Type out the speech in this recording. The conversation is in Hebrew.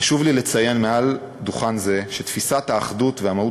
חשוב לי לציין מעל דוכן זה שתפיסת האחדות והמהות